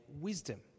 wisdom